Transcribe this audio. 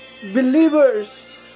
believers